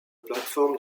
plateforme